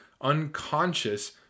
unconscious